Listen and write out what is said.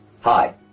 Hi